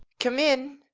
come in.